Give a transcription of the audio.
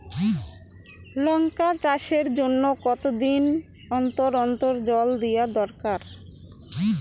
লঙ্কা চাষের জন্যে কতদিন অন্তর অন্তর জল দেওয়া দরকার?